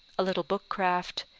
a little bookcraft,